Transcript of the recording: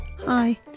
Hi